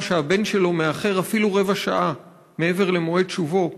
שהבן שלו מאחר/ אפילו רבע שעה/ מעבר למועד שובו,